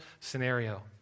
scenario